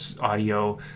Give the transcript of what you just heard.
audio